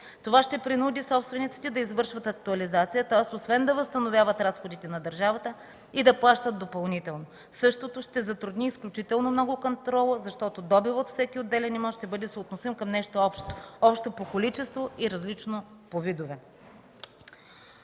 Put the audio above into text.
Това ще принуди собствениците да извършват актуализация, тоест освен да възстановят разходите на държавата, да плащат и допълнително. Същото ще затрудни изключително много контрола, защото добивът от всеки отделен имот ще бъде съотносим към нещо общо – общо по количество и различно по видове.